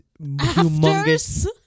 humongous